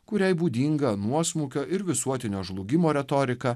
kuriai būdinga nuosmukio ir visuotinio žlugimo retorika